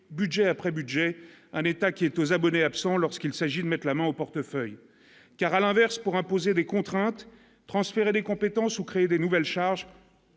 budget après budget, un État qui est aux abonnés absents, lorsqu'il s'agit de mettre la main au portefeuille, car à l'inverse, pour imposer des contraintes transférer des compétences ou créer de nouvelles charges.